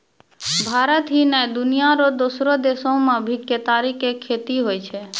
भारत ही नै, दुनिया रो दोसरो देसो मॅ भी केतारी के खेती होय छै